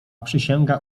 przysięga